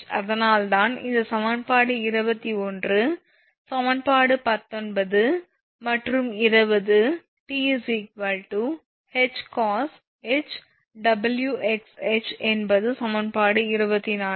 அதனால்தான் இந்த சமன்பாடு 21 சமன்பாடு 19 மற்றும் 20 T 𝐻cosh𝑊𝑥𝐻 என்பது சமன்பாடு 21